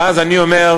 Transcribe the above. ואז אני אומר,